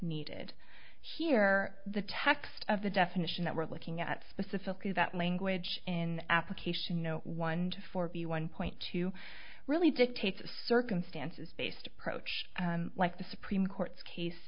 needed here the text of the definition that we're looking at specifically that language in application no one to forty one point two really dictates circumstances based approach like the supreme court's case